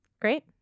Great